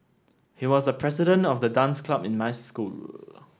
he was the president of the dance club in my school